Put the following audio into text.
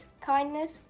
kindness